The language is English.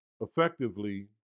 effectively